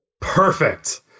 Perfect